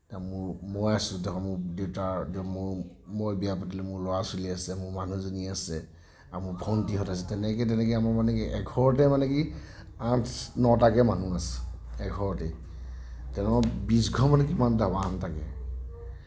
এতিয়া মোৰ মই আছোঁ মোৰ দেউতাৰ এতিয়া মোৰ মই বিয়া পাতিলোঁ মোৰ ল'ৰা ছোৱালী আছে মোৰ মানুহজনী আছে আৰু মোৰ ভণ্টিহঁত আছে তেনেকৈ তেনেকৈ মোৰ মানে কি এঘৰতে মানে কি আঠ নটাকৈ মানুহ আছে এঘৰতেই তেনেকৈ বিশ ঘৰ মানে কিমানটা হ'ব আঠতাকৈ